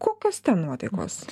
kokios ten nuotaikos